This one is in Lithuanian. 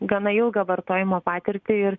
gana ilgą vartojimo patirtį ir